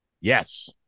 Yes